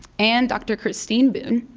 and dr. christine boone,